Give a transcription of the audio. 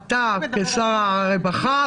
אתה כשר הרווחה,